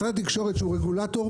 שהוא רגולטור,